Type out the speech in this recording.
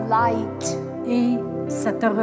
light